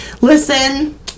listen